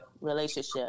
relationship